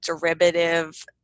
derivative